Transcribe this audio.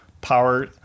power